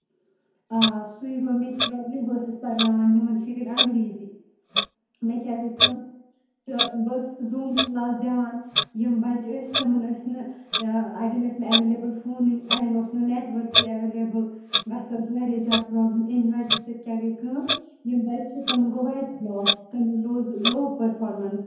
آ سُے گوٚو مےٚ تہِ پرابٕلم بہِ ٲسٕس پرناوان یِمن شُرٮ۪ن انگریٖزی مےٚ کیٛاہ گٔے کٲم تہٕ بہٕ ٲسٕس زوٗم کٕلاس دِوان یِم بَچہٕ ٲسۍ تِمن ٲسۍ نہٕ اَڑین ٲس نہٕ ایویلیبٕل فونٕے اَڑین ٲسۍ نہٕ نیٹ ؤرکٕے ایویلیبٕل گَژھان ٲسۍ واریاہ زیادٕ پرابلٕم امہِ وجہ سۭتۍ کیاہ گٔے کٲم یِم بَچہِ چھِ تِمن گوٚو واریاہ لواس تِمن روٗز لو پٔرفارمَنس